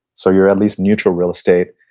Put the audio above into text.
so you're at least neutral real estate,